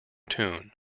tune